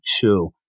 two